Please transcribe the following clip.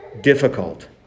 Difficult